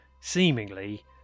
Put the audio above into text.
seemingly